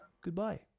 goodbye